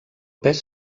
pes